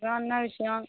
அப்புறம் என்ன விஷயம்